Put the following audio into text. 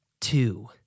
two